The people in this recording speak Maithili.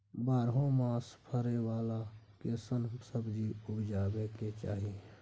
बारहो मास फरै बाला कैसन सब्जी उपजैब के चाही?